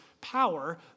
power